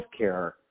healthcare